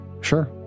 Sure